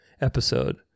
episode